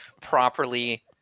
properly